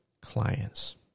clients